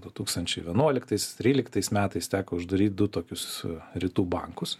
du tūkstančiai vienuoliktais tryliktais metais teko uždaryt du tokius rytų bankus